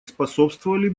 способствовали